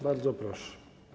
Bardzo proszę.